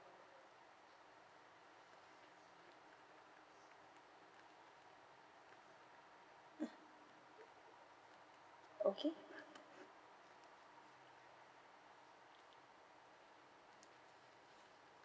mm okay